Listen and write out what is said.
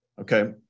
Okay